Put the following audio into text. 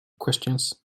questions